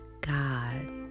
God